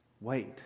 Wait